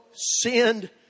sinned